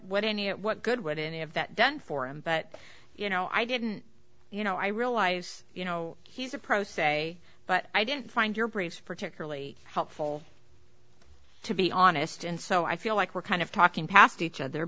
any what good would any of that done for him but you know i didn't you know i realize you know he's a pro se but i didn't find your briefs particularly helpful to be honest and so i feel like we're kind of talking past each other